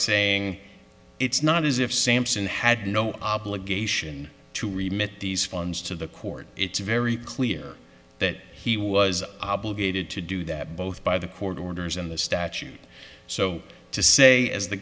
saying it's not as if sampson had no obligation to remit these funds to the court it's very clear that he was obligated to do that both by the court orders and the statute so to say as the